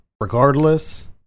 regardless